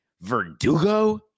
Verdugo